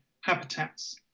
habitats